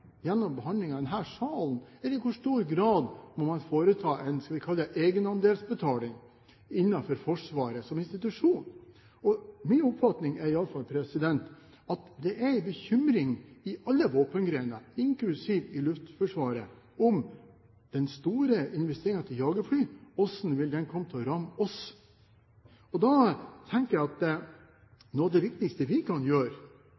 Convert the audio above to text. salen, eller i hvor stor grad må man foreta en, skal vi kalle det, egenandelsbetaling innenfor Forsvaret som institusjon? Min oppfatning er iallfall at det er en bekymring i alle våpengrener, inklusiv i Luftforsvaret, for den store investeringen til jagerfly, hvordan vil den komme til å ramme oss? Da tenker jeg at noe av det viktigste vi kan gjøre